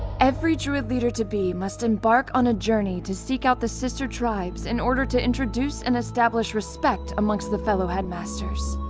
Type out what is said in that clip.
every druid leader to be must embark on a journey to seek out the sister tribes in order to introduce and establish respect amongst the fellow headmasters.